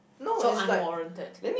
so unwarranted